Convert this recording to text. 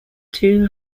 two